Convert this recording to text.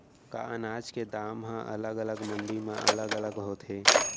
का अनाज के दाम हा अलग अलग मंडी म अलग अलग होथे?